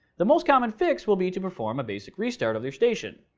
the most common fix will be to perform a basic restart of your station.